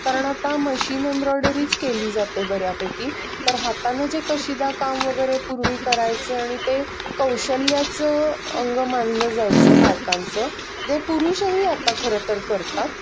कारण आता मशीन एम्ब्रॉयडरीच केली जाते बऱ्यापैकी तर हातानं जे कशीदा काम वगरे पूर्वी करायचे आणि ते कौशल्याचं अंग मानलं जायचं बायकांचं ते पुरुषही आता खरं तर करतात